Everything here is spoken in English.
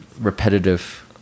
repetitive